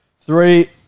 three